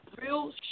real